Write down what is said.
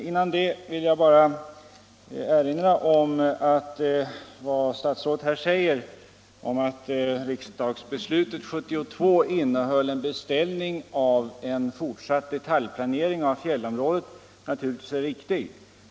Innan dess vill jag bara erinra om att vad statsrådet här säger om att riksdagsbeslutet 1972 innehöll en beställning av en fortsatt detaljplanering i fjällområdet naturligtvis är riktigt.